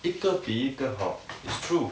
一个比一个好 is true